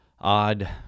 odd